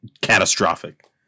catastrophic